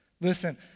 listen